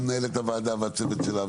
גם מנהלת הוועדה והצוות שלה,